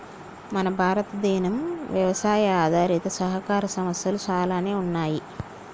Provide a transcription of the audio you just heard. మన భారతదేనం యవసాయ ఆధారిత సహకార సంస్థలు చాలానే ఉన్నయ్యి